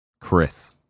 Chris